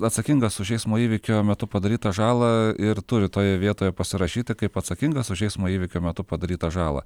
atsakingas už eismo įvykio metu padarytą žalą ir turi toje vietoje pasirašyti kaip atsakingas už eismo įvykio metu padarytą žalą